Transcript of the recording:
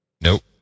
Nope